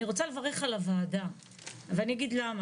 אני רוצה לברך על הוועדה ואני אגיד למה.